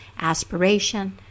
aspiration